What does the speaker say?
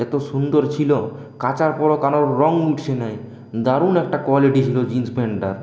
এত সুন্দর ছিল কাচার পর কারো রং উঠছে নাই দারুণ একটা কোয়ালিটি ছিল জিন্স প্যান্টটার